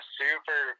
super